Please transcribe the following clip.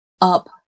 up